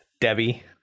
Debbie